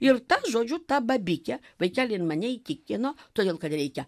ir ta žodžiu ta babikė vaikeli jin mane įtikino todėl kad reikia